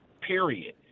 period